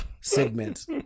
segment